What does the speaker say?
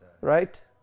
Right